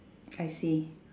I see